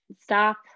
stop